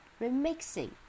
remixing